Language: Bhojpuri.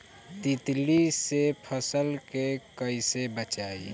तितली से फसल के कइसे बचाई?